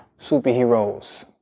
superheroes